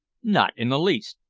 not in the least.